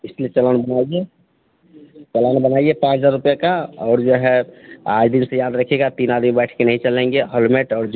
इसलिए चालान बनवाइए चालान बनाइए पाँच हज़ार रुपये का और जो है आज दिन से याद रखिएगा तीन आदमी बैठकर नहीं चलाएँगे हेलमेट और जु